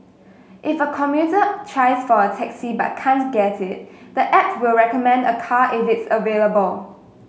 if a commuter tries for a taxi but can't get it the app will recommend a car if it's available